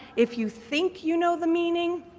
if you think you know the meaning,